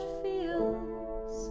feels